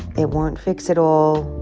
it won't fix it all.